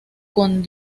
con